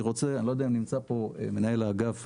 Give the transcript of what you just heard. אני לא יודע אם נמצא כאן מנהל האגף,